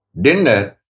Dinner